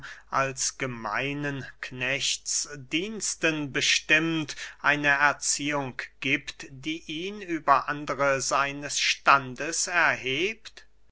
als gemeinen knechtsdiensten bestimmt eine erziehung giebt die ihn über andere seines standes erhebt